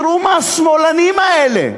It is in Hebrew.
תראו מה השמאלנים האלה,